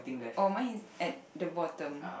or mine is at the bottom